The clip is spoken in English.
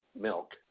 milk